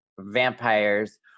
vampires